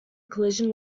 collision